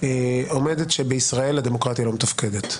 היא עומדת שבישראל הדמוקרטיה לא מתפקדת.